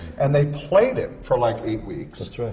and they played it, for like eight weeks. that's right.